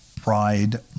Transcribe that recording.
Pride